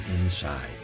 inside